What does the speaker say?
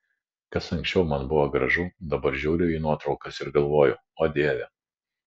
kas anksčiau man buvo gražu dabar žiūriu į nuotraukas ir galvoju o dieve